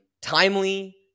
timely